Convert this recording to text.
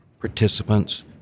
participants